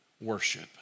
worship